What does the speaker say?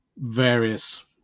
various